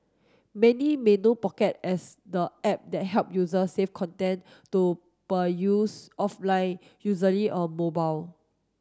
many may know Pocket as the app that help users save content to peruse offline usually on mobile